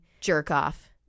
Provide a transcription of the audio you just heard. jerk-off